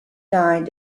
due